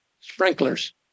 sprinklers